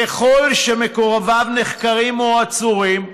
כשכל שמקורביו נחקרים או עצורים,